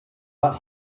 that